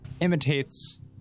imitates